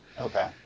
Okay